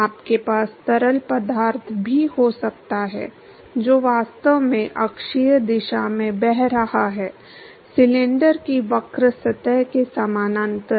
आपके पास तरल पदार्थ भी हो सकता है जो वास्तव में अक्षीय दिशा में बह रहा है सिलेंडर की वक्र सतह के समानांतर